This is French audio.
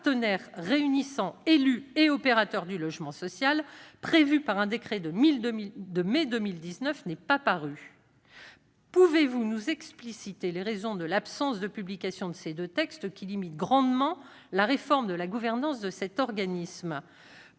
partenaires réunissant élus et opérateurs du logement social, prévu par un décret de mai 2019, n'est pas paru. Pouvez-vous nous expliciter les raisons de l'absence de publication de ces deux textes, qui limitent grandement la réforme de la gouvernance de cet organisme ?